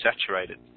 saturated